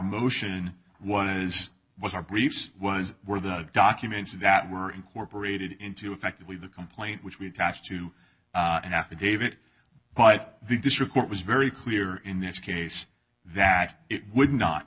motion one is was our briefs was were the documents that were incorporated into effectively the complaint which we attached to an affidavit but the district court was very clear in this case that it would not